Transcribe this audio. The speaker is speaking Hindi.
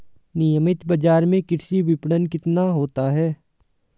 नियमित बाज़ार में कृषि विपणन कितना होता है?